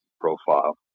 profile